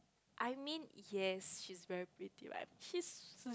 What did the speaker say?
I mean yes she's very pretty but she's